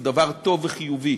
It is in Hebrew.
זה דבר טוב וחיובי,